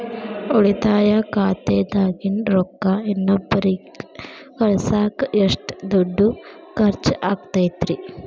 ಉಳಿತಾಯ ಖಾತೆದಾಗಿನ ರೊಕ್ಕ ಇನ್ನೊಬ್ಬರಿಗ ಕಳಸಾಕ್ ಎಷ್ಟ ದುಡ್ಡು ಖರ್ಚ ಆಗ್ತೈತ್ರಿ?